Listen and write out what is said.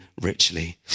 richly